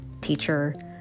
teacher